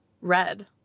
red